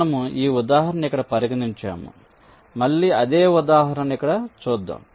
మనము ఈ ఉదాహరణను ఇక్కడ పరిగణించాము మళ్ళీ అదే ఉదాహరణను ఇక్కడ చూద్దాం